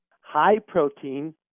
high-protein